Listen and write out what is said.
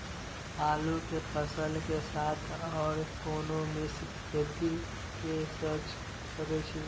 आलू के फसल के साथ आर कोनो मिश्रित खेती के सकैछि?